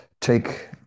take